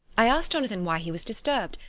i asked jonathan why he was disturbed,